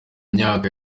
myaka